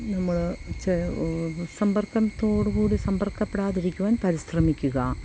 നമ്മൾ ചെ സമ്പർക്കതോടുകൂടി സമ്പർക്കപ്പെടാതിരിക്കുവാൻ പരിശ്രമിക്കുക